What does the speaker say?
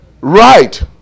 right